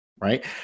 right